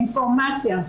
אינפורמציה,